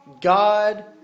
God